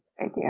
idea